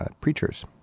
preachers